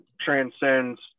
transcends